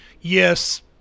yes